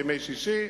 ימי שישי,